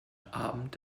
abend